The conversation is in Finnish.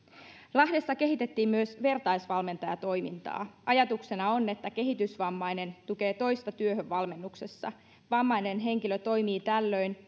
lahdessa kehitettiin myös vertaisvalmentajatoimintaa ajatuksena on että kehitysvammainen tukee toista työhönvalmennuksessa vammainen henkilö toimii tällöin